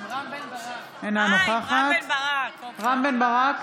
אינה נוכחת רם בן ברק,